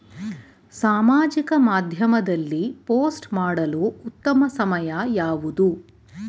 ಸಾಮಾಜಿಕ ಮಾಧ್ಯಮದಲ್ಲಿ ಪೋಸ್ಟ್ ಮಾಡಲು ಉತ್ತಮ ಸಮಯ ಯಾವುದು?